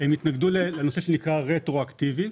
הם התנגדו לנושא שנקרא רטרואקטיבי.